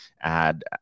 add